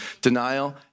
Denial